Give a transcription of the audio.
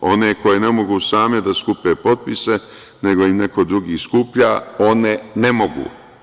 One koje ne mogu same da skupe potpise, nego im neko drugi skuplja, one ne mogu.